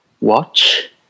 Watch